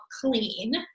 clean